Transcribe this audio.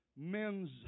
men's